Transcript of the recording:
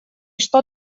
что